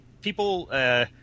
people